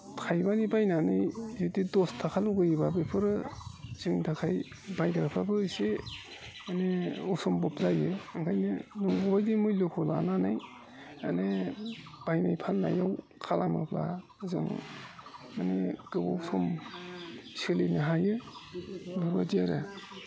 थाइबानि बायनानै जुदि दस थाखा लुगैब्ला बेफोरो जोंनि थाखाय बायग्राफ्राबो एसे माने असम्भब जायो ओंखायनो बेबायदि मुल्यखौ लानानै माने बायनाय फाननायाव खालामोब्ला जों माने गोबाव सम सोलिनो हायो इफोरबायदि आरो